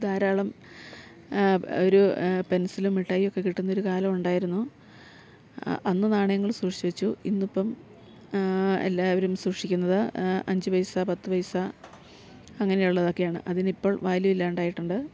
ധാരാളം ഒരു പെൻസിലും മിഠായിയും ഒക്കെ കിട്ടുന്നൊരു കാലം ഉണ്ടായിരുന്നു അന്ന് നാണയങ്ങൾ സൂക്ഷിച്ച് വെച്ചു ഇന്നിപ്പം എല്ലാവരും സൂക്ഷിക്കുന്നത് അഞ്ച് പൈസ പത്ത് പൈസ അങ്ങനെയുള്ളതൊക്കെയാണ് അതിനിപ്പോൾ വാല്യൂ ഇല്ലാണ്ടായിട്ടുണ്ട്